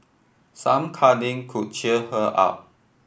some cuddling could cheer her up